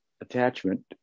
attachment